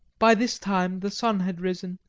by this time the sun had risen,